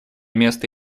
место